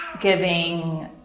giving